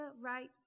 writes